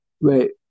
Wait